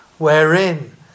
Wherein